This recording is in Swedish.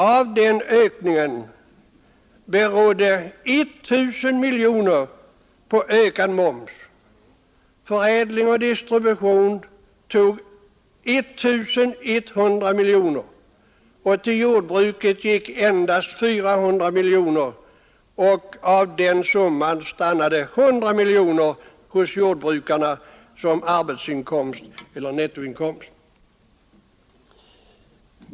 Av den ökningen berodde 1 000 miljoner på ökad moms, förädling och distribution tog 1 100 miljoner, till jordbruket gick endast 400 miljoner och av det beloppet stannade 100 miljoner hos jordbrukarna som nettoinkomst.